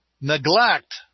neglect